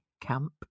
camp